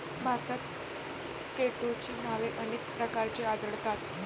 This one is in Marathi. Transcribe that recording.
भारतात केटोची नावे अनेक प्रकारची आढळतात